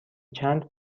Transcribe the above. چند